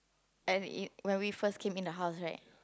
and in when we first came in the house right